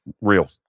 Real